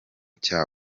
cya